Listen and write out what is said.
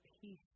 peace